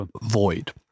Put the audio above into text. void